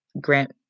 grant